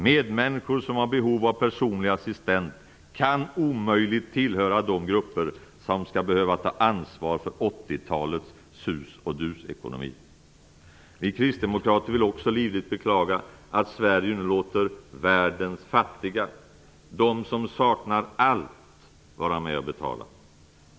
Medmänniskor som har behov av personlig assistent kan omöjligt tillhöra de grupper som skall behöva ta ansvar för 80-talets sus-och-dus-ekonomi. Vi kristdemokrater vill också livligt beklaga att Sverige nu låter världens fattiga, de som saknar allt, vara med och betala.